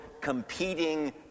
competing